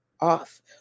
off